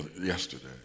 yesterday